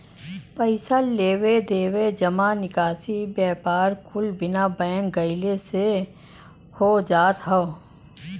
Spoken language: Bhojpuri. पइसा लेवे देवे, जमा निकासी, व्यापार कुल बिना बैंक गइले से हो जात हौ